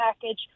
package